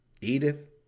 Edith